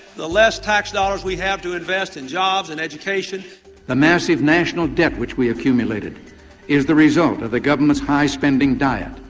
the less tax dollars we have to invest in jobs and education the massive national debt which we accumulated is the result of the government's high-spending diet.